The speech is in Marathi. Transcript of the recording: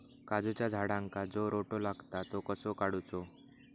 काजूच्या झाडांका जो रोटो लागता तो कसो काडुचो?